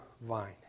vine